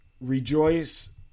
rejoice